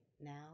now